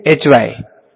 વિદ્યાર્થી